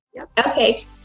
Okay